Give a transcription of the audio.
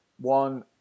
one